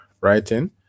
writing